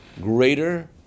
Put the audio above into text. greater